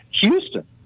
Houston